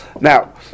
Now